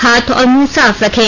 हाथ और मुंह साफ रखें